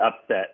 upset